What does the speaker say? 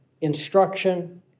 instruction